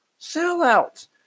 Sellouts